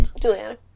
Juliana